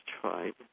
tried